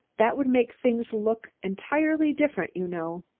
that would make things look entirely different, you know.